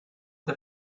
the